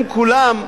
הם כולם,